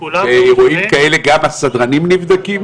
וכולם --- ובאירועים כאלה גם הסדרנים נבדקים?